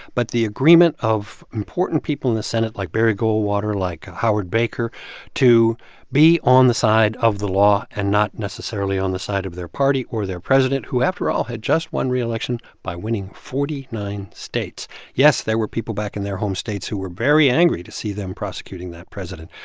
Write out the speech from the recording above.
but the agreement of important people in the senate like barry goldwater, like howard baker to be on the side of the law and not necessarily on the side of their party or their president, who, after all, had just won re-election by winning forty nine states yes, there were people back in their home states who were very angry to see them prosecuting that president.